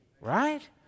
right